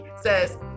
says